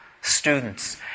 students